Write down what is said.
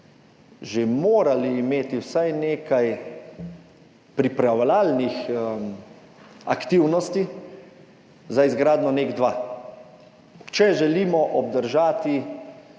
že morali imeti vsaj nekaj pripravljalnih aktivnosti za izgradnjo NEK2, če želimo obdržati